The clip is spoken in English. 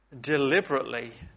deliberately